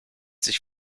sich